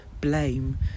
blame